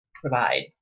provide